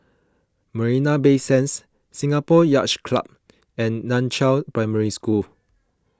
Marina Bay Sands Singapore Yacht Club and Nan Chiau Primary School